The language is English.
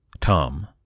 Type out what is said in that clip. Tom